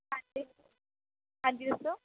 ਹਾਂਜੀ ਹਾਂਜੀ ਦੱਸੋ